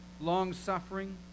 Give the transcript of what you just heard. long-suffering